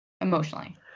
emotionally